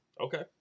Okay